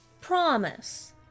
promise